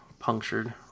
punctured